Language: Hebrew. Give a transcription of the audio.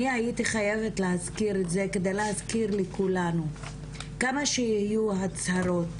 אני הייתי חייבת להזכיר את זה כדי להזכיר לכולנו כמה שיהיו הצהרות